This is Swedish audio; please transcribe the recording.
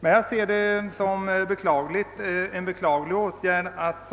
Jag anser att det är beklagligt att